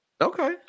Okay